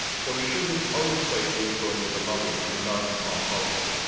so we shouldn't overstate the influence of the lobby on american foreign policy.